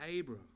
Abram